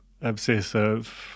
obsessive